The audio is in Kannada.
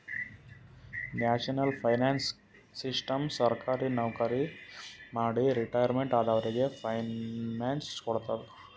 ನ್ಯಾಷನಲ್ ಪೆನ್ಶನ್ ಸಿಸ್ಟಮ್ ಸರ್ಕಾರಿ ನವಕ್ರಿ ಮಾಡಿ ರಿಟೈರ್ಮೆಂಟ್ ಆದವರಿಗ್ ಪೆನ್ಶನ್ ಕೊಡ್ತದ್